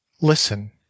Listen